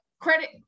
credit